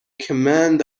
command